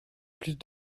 plus